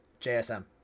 JSM